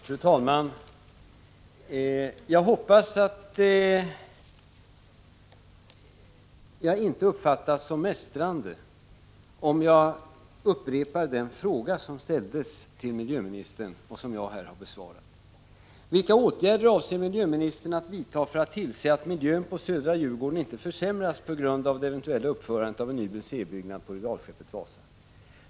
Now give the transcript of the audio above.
Fru talman! Jag hoppas att jag inte uppfattas som mästrande, om jag upprepar den fråga som ställdes till miljöministern och som jag har besvarat: Vilka åtgärder avser miljöministern vidta för att tillse att miljön på södra Djurgården inte försämras på grund av det eventuella uppförandet av en ny museibyggnad för regalskeppet Vasa?